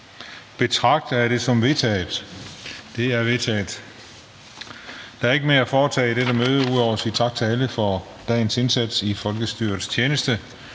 formanden Den fg. formand (Christian Juhl): Der er ikke mere at foretage i dette møde ud over at sige tak til alle for dagens indsats i folkestyrets tjeneste.